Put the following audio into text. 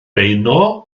beuno